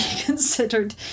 considered